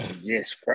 Yes